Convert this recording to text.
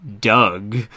doug